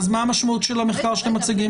אז מה המשמעות של המחקר שאתם מציגים?